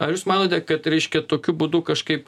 ar jūs manote kad reiškia tokiu būdu kažkaip